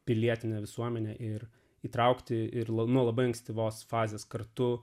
pilietinę visuomenę ir įtraukti ir nuo labai ankstyvos fazės kartu